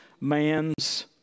man's